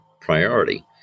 priority